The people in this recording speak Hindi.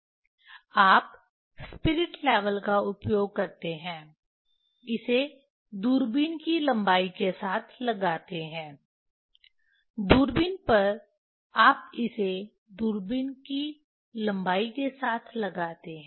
आप स्पिरिट लेवल का उपयोग करते हैं इसे दूरबीन की लंबाई के साथ लगाते हैं दूरबीन पर आप इसे दूरबीन की लंबाई के साथ लगाते हैं